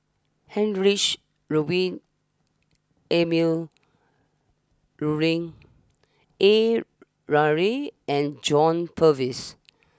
Heinrich Ludwig Emil Luering A Ramli and John Purvis